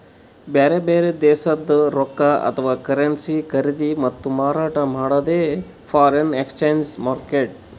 ಬ್ಯಾರೆ ಬ್ಯಾರೆ ದೇಶದ್ದ್ ರೊಕ್ಕಾ ಅಥವಾ ಕರೆನ್ಸಿ ಖರೀದಿ ಮತ್ತ್ ಮಾರಾಟ್ ಮಾಡದೇ ಫಾರೆನ್ ಎಕ್ಸ್ಚೇಂಜ್ ಮಾರ್ಕೆಟ್